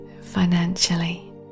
financially